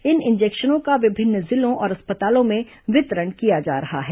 इन इंजेक्शनों का विभिन्न जिलों और अस्पतालों में वितरण किया जा रहा है